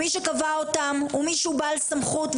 מי שקבע אותם הוא מישהו בעל סמכות,